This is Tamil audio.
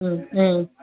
ம் ம்